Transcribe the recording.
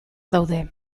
daude